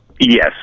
Yes